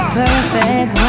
perfect